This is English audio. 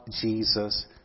Jesus